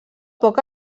poc